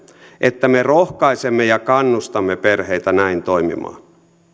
että me rohkaisemme ja kannustamme perheitä näin toimimaan